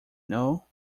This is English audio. know